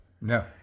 No